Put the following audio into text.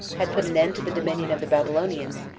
had put an end to the dominion of the babylonians,